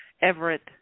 Everett